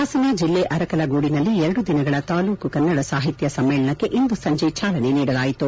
ಹಾಸನ ಜಿಲ್ಲೆ ಅರಕಲಗೂಡಿನಲ್ಲಿ ಎರಡು ದಿನಗಳ ತಾಲೂಕ್ ಕನ್ನಡ ಸಾಹಿತ್ಯ ಸಮ್ಮೇಳನಕ್ಕೆ ಇಂದು ಸಂಜೆ ಚಾಲನೆ ನೀಡಲಾಯಿತು